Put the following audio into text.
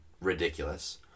ridiculous